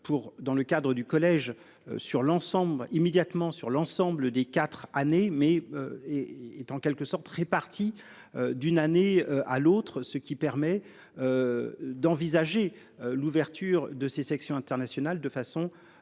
dans le cadre du collège sur l'ensemble immédiatement sur l'ensemble des quatres années mais. Est en quelque sorte réparti d'une année à l'autre, ce qui permet. D'envisager l'ouverture de ces sections internationales de façon. Correcte,